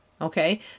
Okay